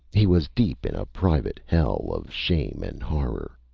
he was deep in a private hell of shame and horror.